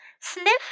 Sniff